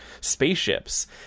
spaceships